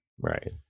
Right